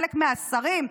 חלק מהשרים,